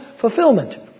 fulfillment